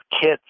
kits